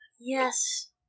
Yes